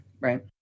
Right